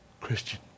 Christian